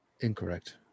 Incorrect